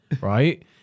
right